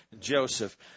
Joseph